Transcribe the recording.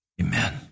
Amen